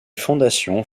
fondations